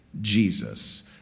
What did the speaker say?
Jesus